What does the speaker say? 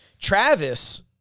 Travis